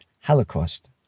Holocaust